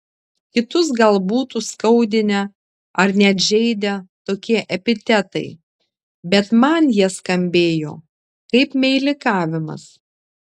kitus gal būtų skaudinę ar net žeidę tokie epitetai bet man jie skambėjo kaip meilikavimas